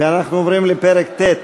ואנחנו עוברים לפרק ט'.